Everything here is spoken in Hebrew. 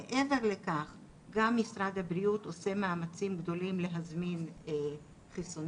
מעבר לכך גם משרד הבריאות עושה מאמצים גדולים להזמין חיסונים